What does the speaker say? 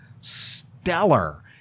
stellar